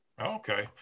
Okay